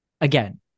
again